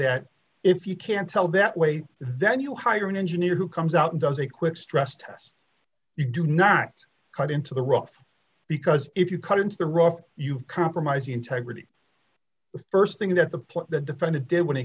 that if you can't tell that way then you hire an engineer who comes out and does a quick stress test you do not cut into the rough because if you cut into the rough you compromise the integrity the st thing that supply the defendant did when he